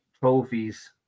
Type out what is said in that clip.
trophies